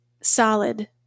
solid